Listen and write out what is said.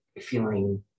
feeling